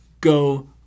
Go